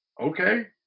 okay